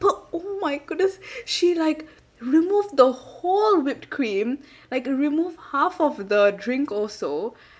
oh my goodness she like removed the whole whipped cream like removed half of the drink also